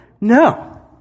No